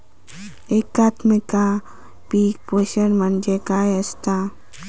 एकात्मिक पीक पोषण म्हणजे काय असतां?